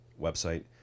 website